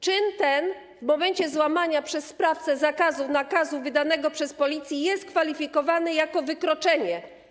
Czyn ten w momencie złamania przez sprawcę zakazu, nakazu wydanego przez Policję jest kwalifikowany jako wykroczenie.